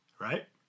Right